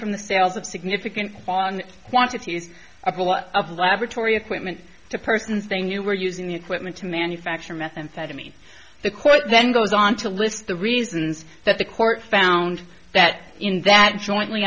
from the sales of significant quantities of a lot of laboratory equipment to persons they knew were using the equipment to manufacture methamphetamine the court then goes on to list the reasons that the court found that in that jointly